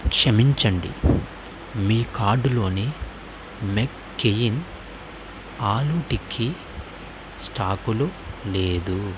క్షమించండి మీ కార్టులోని మెక్ కెయిన్ ఆలూ టిక్కీ స్టాకులు లేదు